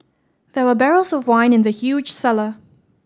there were barrels of wine in the huge cellar